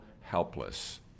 helpless